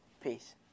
Peace